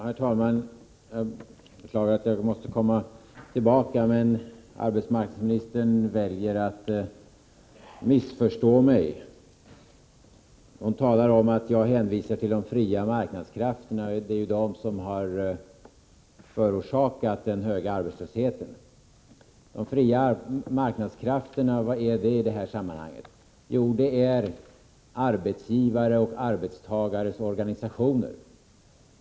Herr talman! Jag beklagar att jag måste återkomma i debatten. Arbetsmarknadsministern väljer att missförstå mig — hon säger att jag hänvisar till de fria marknadskrafterna, att det är de som förorsakat den höga arbetslösheten. Men vad är de fria marknadskrafterna i detta sammanhang? Jo, det är arbetsgivaroch arbetstagarorganisationerna.